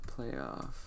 playoff